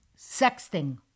Sexting